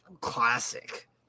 classic